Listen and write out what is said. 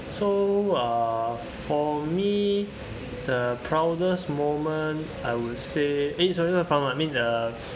so uh for me the proudest moment I would say eh sorry sorry not proud~ I mean uh